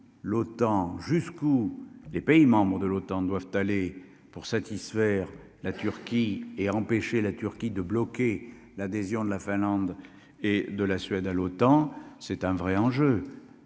l'OTAN jusqu'où les pays membres de l'OTAN doivent aller pour satisfaire la Turquie et à empêcher la Turquie de bloquer l'adhésion de la Finlande et de la Suède à l'OTAN, c'est un vrai enjeu,